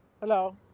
Hello